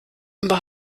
bei